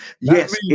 yes